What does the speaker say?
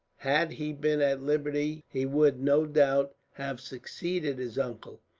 had he been at liberty he would, no doubt, have succeeded his uncle,